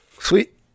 Sweet